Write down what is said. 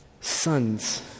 sons